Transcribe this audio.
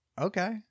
Okay